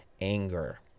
anger